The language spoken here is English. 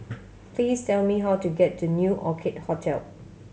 please tell me how to get to New Orchid Hotel